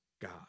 God